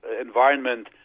environment